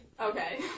Okay